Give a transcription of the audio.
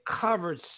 covered